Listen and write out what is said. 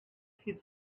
his